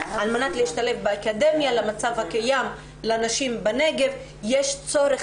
על מנת להשתלב באקדמיה במצב הקיים של הנשים בנגב יש צורך